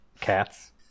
cats